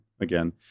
again